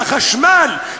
לחשמל,